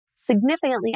Significantly